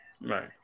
right